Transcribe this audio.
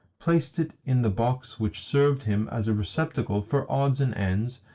placed it in the box which served him as a receptacle for odds and ends,